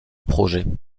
projet